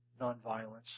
nonviolence